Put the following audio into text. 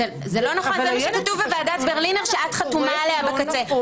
זה מה שכתוב בוועדת ברלינר שאת חתומה עליה בקצה.